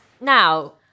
Now